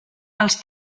els